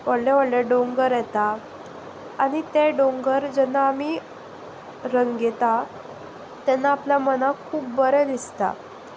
व्हडले व्हडले दोंगर येता आनी ते दोंगर जेन्ना आमी रंगयता तेन्ना आपल्या मनाक खूब बरें दिसता